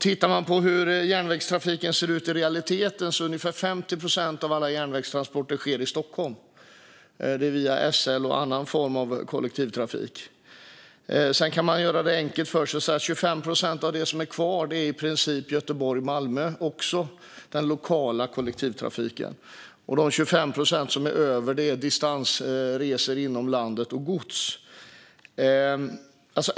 Tittar man också på hur järnvägstrafiken ser ut i realiteten ser man att ungefär 50 procent av alla järnvägstransporter sker i Stockholm, via SL och annan form av kollektivtrafik. Man kan göra det enkelt för sig och säga att 25 procent av det som är kvar i princip gäller Göteborg och Malmö, också genom den lokala kollektivtrafiken. Och de 25 procent som blir över är distansresor inom landet och gods.